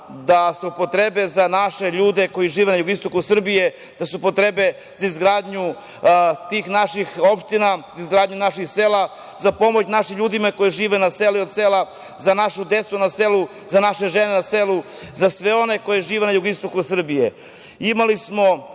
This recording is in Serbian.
da se upotrebe za naše ljude koji žive na jugoistoku Srbije, da se upotrebe za izgradnju tih naših opština, za izgradnju naših sela, za pomoć našim ljudima koji žive na selu i od sela, za našu decu na selu, za naše žene na selu, za sve one koji žive na jugoistoku Srbije. Imali smo